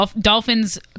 dolphins